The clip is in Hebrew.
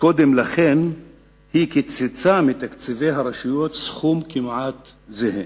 קודם לכן היא קיצצה מתקציבי הרשויות סכום כמעט זהה.